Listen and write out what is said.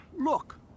look